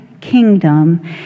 kingdom